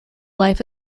life